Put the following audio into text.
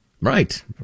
Right